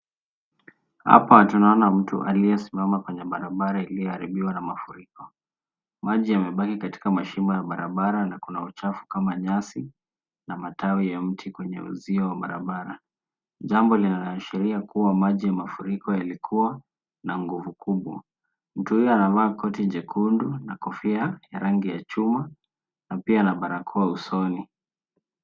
Hapa tunaona mtu aliyesimama kwenye barabara iliyoharibiwa na mafuriko. Maji yamebaki katika mashimo ya barabara na kuna uchafu kama nyasi na matawi ya mti kwenye uzio wa barabara. Jambo linaloashiria kuwa maji ya mafuriko yalikua na nguvu kubwa. Mtu huyu anavaa koti jekundu na kofia ya rangi ya chuma na pia ana barakoa usoni.